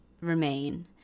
remain